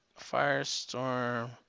Firestorm